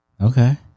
okay